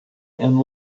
and